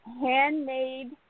handmade